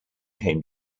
came